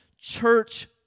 church